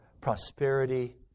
prosperity